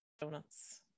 donuts